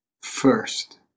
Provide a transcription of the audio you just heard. first